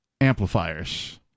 amplifiers